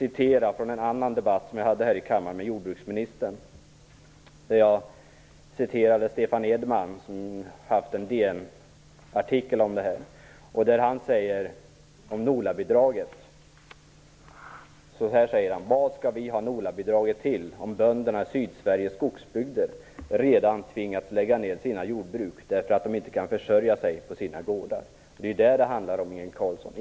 I en debatt som jag förde här i kammaren med jordbruksministern citerade jag vad Stefan Edman hade sagt om NOLA-bidraget i en DN-artikel. Jag vill nu än en gång läsa upp det citatet. Han sade: Vad skall vi ha NOLA-bidraget till om bönderna i Sydsveriges skogsbygder redan tvingats lägga ned sina jordbruk därför att de inte kan försörja sig på sina gårdar? Det är vad det handlar om, Inge Carlsson.